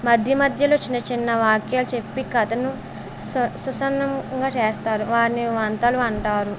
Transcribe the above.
మధ్య మధ్యలో చిన్న చిన్న వాక్యాలు చెప్పి కథను స సుసపన్నంగా చేస్తారు వారిని వంతలు అంటారు